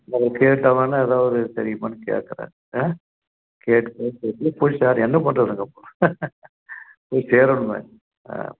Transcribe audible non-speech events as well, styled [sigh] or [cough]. பிறவு கேட்டாதானே எதாவது தெரியுமான்னு கேட்கறேன் ஆ கேட்டுவிட்டு [unintelligible] போய்ட்டார் என்ன பண்ணுறதுங்க போய் சேரணுமே ஆ